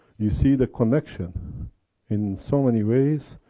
you see the connection in so any ways,